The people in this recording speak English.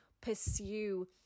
pursue